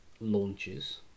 launches